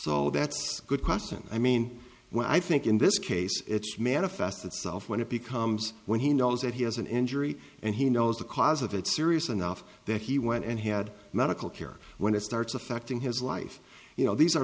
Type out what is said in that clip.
so that's a good question i mean when i think in this case it's manifest itself when it becomes when he knows that he has an injury and he knows the cause of it serious enough that he went and had medical care when it starts affecting his life you know these are